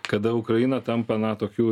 kada ukraina tampa na tokių